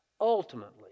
ultimately